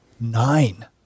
Nine